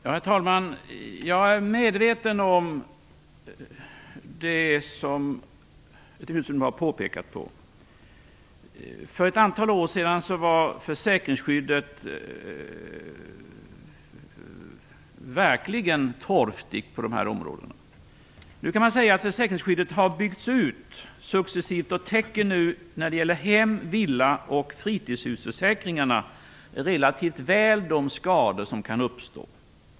Herr talman! Jag är medveten om det som Göthe Knutson pekar på. För ett antal år sedan var försäkringsskyddet verkligen torftigt på de här områdena. Nu kan man säga att försäkringsskyddet har byggts ut successivt och att hem-, villa och fritidshusförsäkringarna relativt väl täcker skador som kan uppstå.